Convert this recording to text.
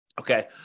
Okay